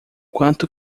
quanto